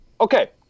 Okay